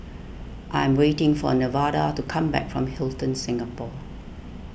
I am waiting for Nevada to come back from Hilton Singapore